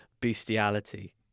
bestiality